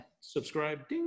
subscribe